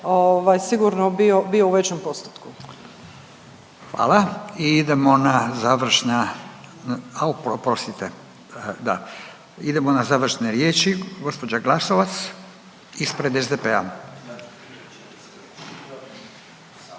Furio (Nezavisni)** Hvala. I idemo na završna, a oprostite, da, idemo na završne riječi. Gospođa Glasovac ispred SDP-a.